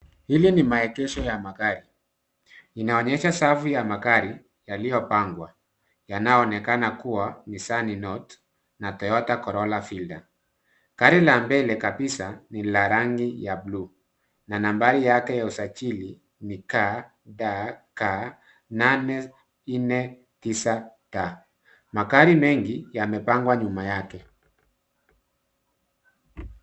Hili ni maegesho ya magari. Inaonyesha safu ya magari yaliyopangwa yanayoonekana kuwa; Nissan Note na Toyota Corolla Fielder. Gari la mbele kabisa, ni la rangi ya bluu, na nambari yake ya usajili ni KDK 849T. Magari mengi yamepangwa nyuma yake.